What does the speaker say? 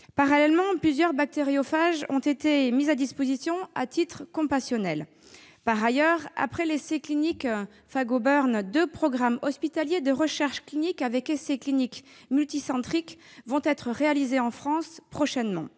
Parallèlement, plusieurs bactériophages ont été mis à disposition à titre compassionnel. Par ailleurs, après l'essai clinique Phagoburn, deux programmes hospitaliers de recherche clinique avec essais cliniques multicentriques vont être réalisés en France prochainement.